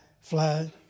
fly